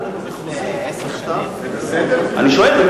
אני שואל.